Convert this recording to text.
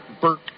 Burke